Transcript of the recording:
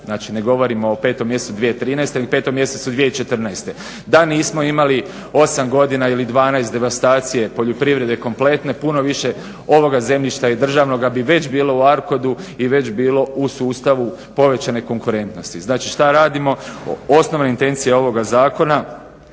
Znači ne govorimo o 5 mjesecu 2013. nego 5 mjesecu 2014. Da nismo imali 8 godina ili 12 devastacije poljoprivrede kompletne puno više ovoga zemljišta i državnoga bi već bilo u Arkodu i već bi bilo u sustavu povećanje konkurentnosti. Znači šta radimo, osnovne intencije ovoga zakona